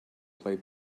play